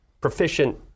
proficient